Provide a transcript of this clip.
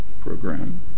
program